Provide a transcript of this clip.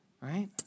Right